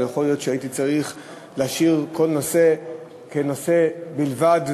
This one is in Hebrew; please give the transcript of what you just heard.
ויכול להיות שהייתי צריך להשאיר כל נושא כנושא בודד,